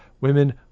Women